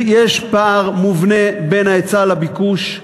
יש פער מובנה בין ההיצע לביקוש: